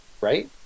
right